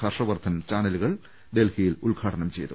ഹർഷ് വർധൻ ചാനലുകൾ ഡൽഹിയിൽ ഉദ്ഘാടനം ചെയ്തു